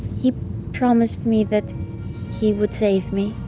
he promised me that he would save me.